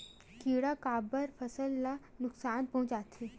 किड़ा काबर फसल ल नुकसान पहुचाथे?